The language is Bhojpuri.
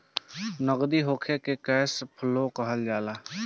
नगदी होखे के कैश फ्लो कहल जाला